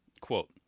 quote